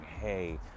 Hey